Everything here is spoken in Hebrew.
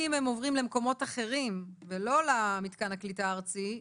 אם הם עוברים למקומות אחרים ולא למתקן הקליטה הארצי,